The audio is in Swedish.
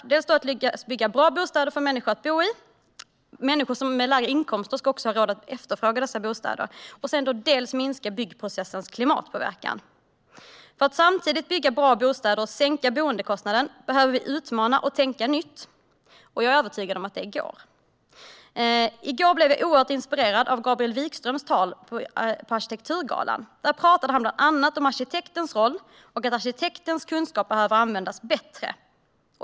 Det handlar om att lyckas bygga bra bostäder för människor att bo i - människor med lägre inkomster ska också ha råd att efterfråga dessa bostäder. Och det handlar om att minska byggprocessens klimatpåverkan. För att man ska kunna bygga bra bostäder och samtidigt kunna sänka boendekostnaden behöver vi utmana och tänka nytt. Jag är övertygad om att det går. I går blev jag oerhört inspirerad av Gabriel Wikströms tal på Arkitekturgalan. Där pratade han bland annat om arkitektens roll och om att arkitektens kunskap behöver användas bättre.